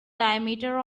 diameter